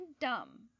dumb